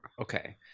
Okay